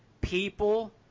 people